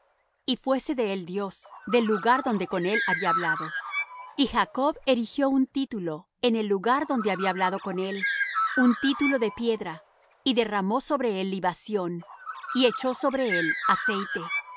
y fuése de él dios del lugar donde con él había hablado y jacob erigió un título en el lugar donde había hablado con él un título de piedra y derramó sobre él libación y echó sobre él aceite